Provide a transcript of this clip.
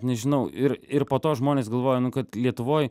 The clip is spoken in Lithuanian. nežinau ir ir po to žmonės galvoja nu kad lietuvoj